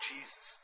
Jesus